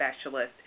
Specialist